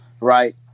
right